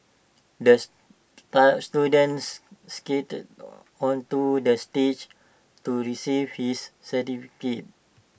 the students skated onto the stage to receive his certificate